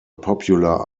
popular